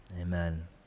amen